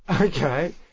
Okay